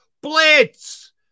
blitz